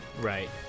Right